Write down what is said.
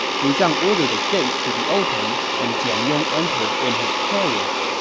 liu zhang ordered the gates to be opened, and jian yong entered in his carriage.